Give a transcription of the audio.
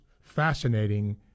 fascinating